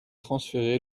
transféré